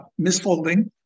misfolding